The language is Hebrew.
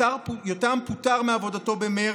יותם פוטר מעבודתו במרץ,